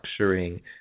structuring